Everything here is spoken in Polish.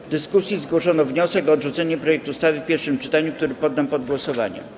W dyskusji zgłoszono wniosek o odrzucenie projektu ustawy w pierwszym czytaniu, który poddam pod głosowanie.